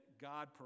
God